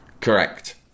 Correct